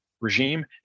regime